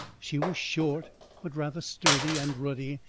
she was short but rather sturdy and ruddy,